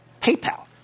PayPal